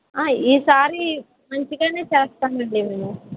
ఈ సారి మంచిగానే చేస్తానులేండి మేము